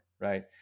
right